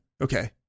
okay